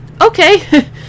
okay